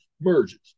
merges